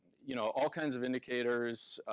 you know all kinds of indicators.